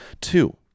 Two